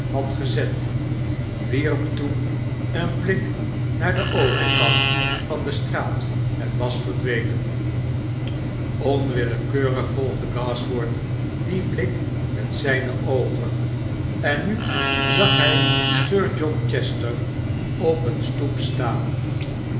had gezet wierp toen een blik naar den overkant van de straat en was verdwenen onwillekeurig volgde gashford dien blik met zijne oogen en nu zag hij sir john chester op een stoep staan